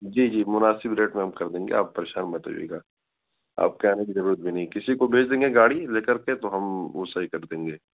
جی جی مناسب ریٹ میں ہم کر دیں گے آپ پریشان مت ہوئیے گا آپ کے آنے کی ضرورت بھی نہیں کسی کو بھیج دیں گے گاڑی لے کر کے تو ہم وہ صحیح کر دیں گے